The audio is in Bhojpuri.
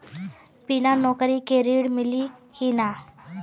बिना नौकरी के ऋण मिली कि ना?